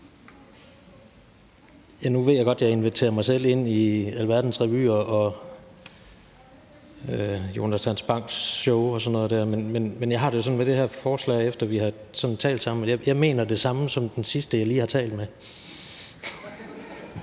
ja, nu ved jeg godt, at jeg inviterer mig selv ind i alverdens revyer og Jonatan Spangs show og sådan noget, men jeg har det sådan med det her forslag, efter vi har talt sammen, at jeg mener det samme som den sidste, jeg lige har talt med.